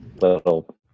little